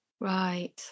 Right